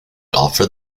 offered